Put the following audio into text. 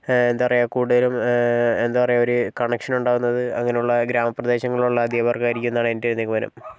എന്താണ് പറയുക കൂടുതലും എന്താണ് പറയുക ഒരു കണക്ഷൻ ഉണ്ടാവുന്നത് അങ്ങനെയുള്ള ഗ്രാമപ്രദേശങ്ങളിലുള്ള അധ്യാപകർക്ക് ആയിരിക്കും എന്നാണ് എൻറെയൊരു നിഗമനം